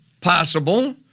possible